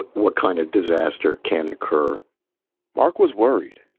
what kind of disaster can occur mark was worried.